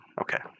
okay